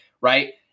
right